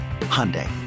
Hyundai